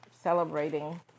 celebrating